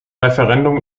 referendum